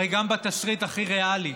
הרי גם בתסריט הכי ריאלי,